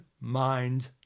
mind